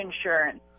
insurance